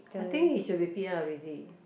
I think he should be P_R already